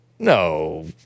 No